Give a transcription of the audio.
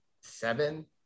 seven